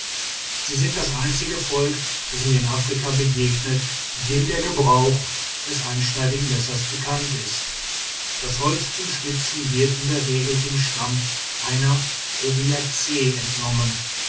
sie sind das einzige volk das mir in afrika begegnete dem der gebrauch des einschneidigen messers bekannt ist das holz zum schnitzen wird in der regel dem stamm einer rubiazee entnommen